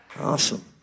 Awesome